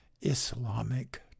Islamic